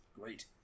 great